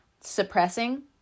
suppressing